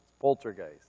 Poltergeist